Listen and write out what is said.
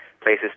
places